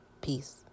Peace